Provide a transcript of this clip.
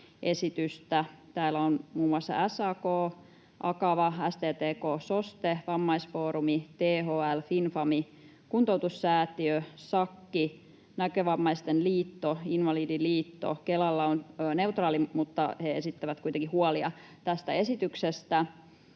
esitystä. Täällä on muun muassa SAK, Akava, STTK, SOSTE, Vammaisfoorumi, THL, FinFami, Kuntoutussäätiö, Sakki, Näkövammaisten liitto ja Invalidiliitto. Kelalla on neutraali, mutta he esittävät kuitenkin huolia tästä esityksestä.